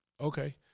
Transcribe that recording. Okay